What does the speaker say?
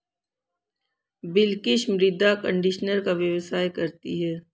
बिलकिश मृदा कंडीशनर का व्यवसाय करती है